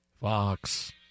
Fox